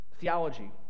theology